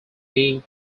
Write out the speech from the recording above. being